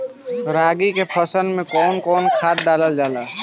रागी के फसल मे कउन कउन खाद डालल जाला?